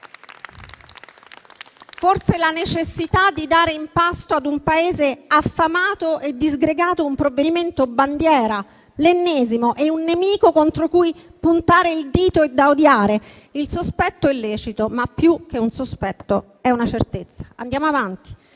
Forse la necessità di dare in pasto ad un Paese affamato e disgregato un provvedimento bandiera, l'ennesimo, e un nemico contro cui puntare il dito e da odiare? Il sospetto è lecito, ma più che un sospetto è una certezza. Andando avanti.